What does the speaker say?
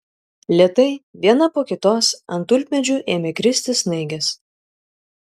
lėtai viena po kitos ant tulpmedžių ėmė kristi snaigės